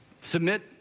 submit